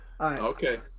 Okay